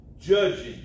judging